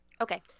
Okay